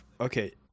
okay